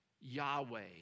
Yahweh